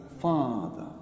Father